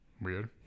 weird